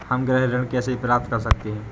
हम गृह ऋण कैसे प्राप्त कर सकते हैं?